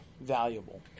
valuable